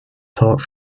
taught